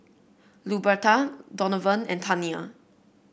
Luberta Donavan and Tania